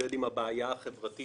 להתמודד עם הבעיה החברתית